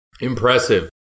Impressive